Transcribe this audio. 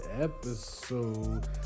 episode